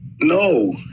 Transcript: No